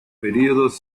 períodos